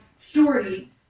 Shorty